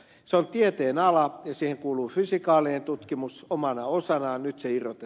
se on tieteenala ja siihen kuuluu fysikaalinen tutkimus omana osanaan